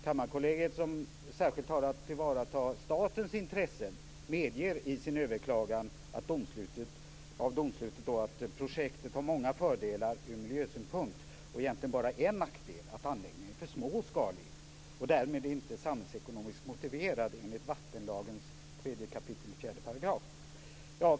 Kammarkollegiet, som särskilt har att tillvarata statens intressen, medger i sin överklagan av domslutet att projektet har många fördelar ur miljösynpunkt och egentligen bara en nackdel, nämligen att anläggningen är för småskalig och därmed inte samhällsekonomiskt motiverad enligt vattenlagens 3 kap. 4 §.